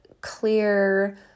clear